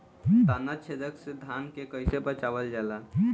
ताना छेदक से धान के कइसे बचावल जाला?